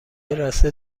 راسته